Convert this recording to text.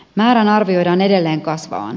määrän arvioidaan edelleen kasvavan